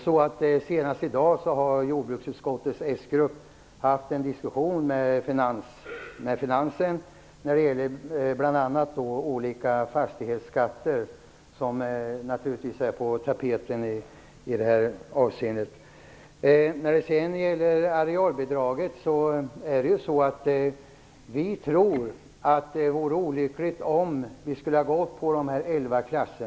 Senast i dag har jordbruksutskottets s-grupp haft en diskussion med Finansdepartementet om bl.a. olika fastighetsskatter, vilka naturligtvis är på tapeten i det har avseendet. När det sedan gäller arealbidraget tror vi att det hade varit olyckligt om vi föreslagit elva klasser.